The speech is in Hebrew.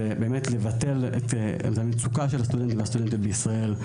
זה באמת לבטל את המצוקה של הסטודנטים והסטודנטיות בישראל.